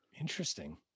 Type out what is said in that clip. interesting